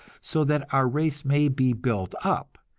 so that our race may be built up,